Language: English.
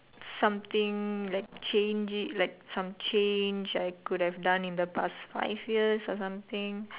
something like change it like some change I could have done in the past five years or something